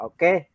Okay